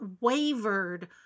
wavered